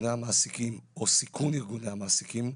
ארגוני המעסיקים או סיכון ארגוני המעסיקים,